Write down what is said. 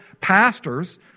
pastors